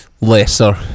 lesser